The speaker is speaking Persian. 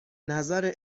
نظر